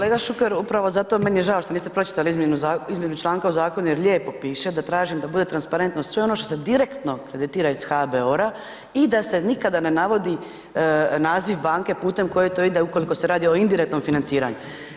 Kolega Šuker, upravo zato meni je žao što niste pročitali izmjenu članka u zakonu jer lijepo piše da tražim da bude transparentno sve ono što se direktno kreditira iz HBOR-a i da se nikada ne navodi naziv banke putem koje to ide ukoliko se radi o indirektnom financiranju.